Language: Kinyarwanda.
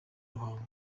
ruhango